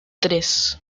tres